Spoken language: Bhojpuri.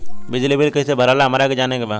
बिजली बिल कईसे भराला हमरा के जाने के बा?